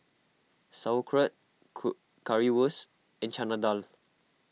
Sauerkraut Currywurst and Chana Dal